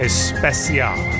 Especial